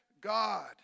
God